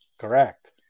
Correct